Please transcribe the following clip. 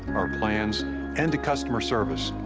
our plans and to customer service,